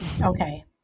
Okay